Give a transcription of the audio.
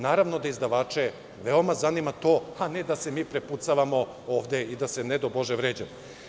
Naravno da izdavače veoma zanima to, a ne da se mi prepucavamo ovde i da se, ne daj Bože, vređamo.